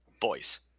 boys